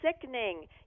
sickening